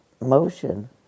motion